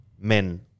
Men